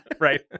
Right